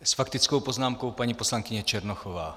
S faktickou poznámkou paní poslankyně Černochová.